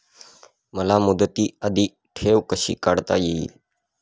मला मुदती आधी ठेव कशी काढता येईल?